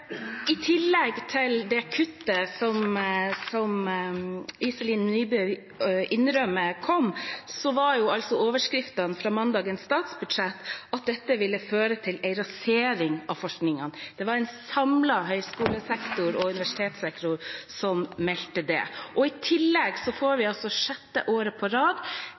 I tillegg til det kuttet, som Iselin Nybø innrømmer kom, var overskriftene i forbindelse med mandagens framleggelse av statsbudsjettet at dette ville føre til en rasering av forskningen. Det var en samlet høyskole- og universitetssektor som meldte det. I tillegg blir altså universitetene og høyskolene for sjette år på rad